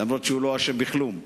אף-על-פי שהוא לא אשם בכלום,